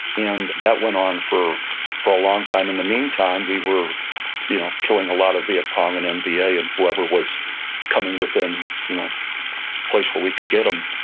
and that went on for for a long time in the meantime, we were you know killing a lot of viet cong and nva and whoever was coming within a you know place where we could get them.